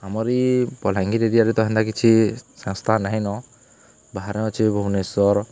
ଆମର ଏଇ ବଲାଙ୍ଗୀର ଏରିଆରେ ତ ସେମିତି କିଛି ସଂସ୍ଥା ନାହିଁ ବାହାରେ ଅଛି ଭୁବନେଶ୍ୱର